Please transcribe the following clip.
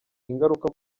ingaruka